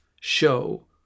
show